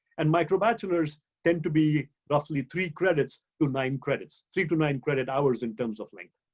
and microbachelors tend to be roughly three credits to nine credits. three to nine credit hours in terms of length.